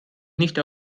nicht